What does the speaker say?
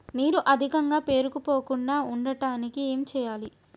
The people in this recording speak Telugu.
నీరు అధికంగా పేరుకుపోకుండా ఉండటానికి ఏం చేయాలి?